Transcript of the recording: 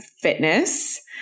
Fitness